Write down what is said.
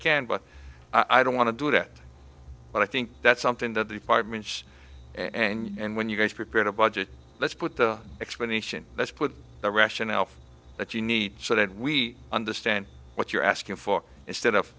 can but i don't want to do that but i think that's something that the apartments and when you get prepared a budget let's put the explanation let's put the rationale for what you need so that we understand what you're asking for instead of